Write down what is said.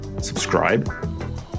subscribe